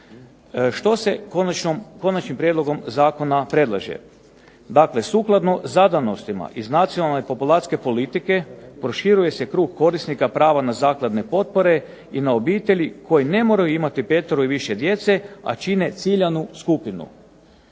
Što se konačnim prijedlogom zakona predlaže? Dakle sukladno zadanostima iz nacionalne populacijske politike proširuje se krug korisnika prava na zakladne potpore, i na obitelji koji ne moraju imati petero i više djece, a čine ciljanu skupinu.